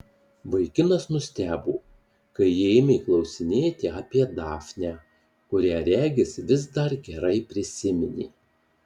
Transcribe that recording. vaikinas nustebo kai ji ėmė klausinėti apie dafnę kurią regis vis dar gerai prisiminė